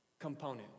Component